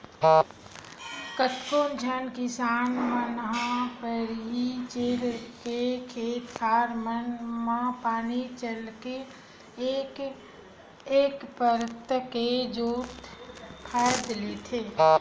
कतको झन किसान मन ह पहिलीच ले खेत खार मन म पानी चलाके एक परत के जोंत फांद लेथे